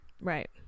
Right